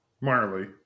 marley